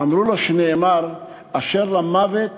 אמר לו, שנאמר "אשר למות